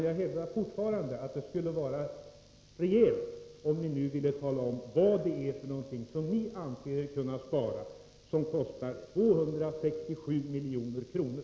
Jag hävdar fortfarande att det skulle vara rejält, om ni nu ville tala om vad det är som ni anser er kunna spara och som kostar 267 milj.kr.